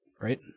Right